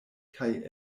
kaj